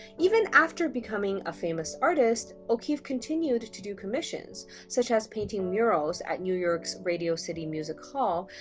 even after becoming a famous artist, o'keeffe continued to do commissions such as painting murals at new york's radio city music hall,